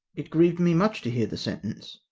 it griev'd me much to hear the sentence.